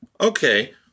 Okay